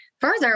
further